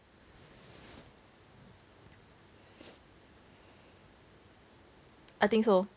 I think so